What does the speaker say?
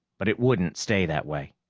but it wouldn't stay that way.